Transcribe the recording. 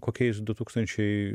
kokiais du tūkstančiai